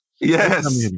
Yes